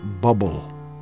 bubble